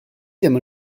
ddim